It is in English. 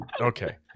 Okay